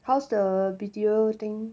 how's the B_T_O thing